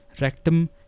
Rectum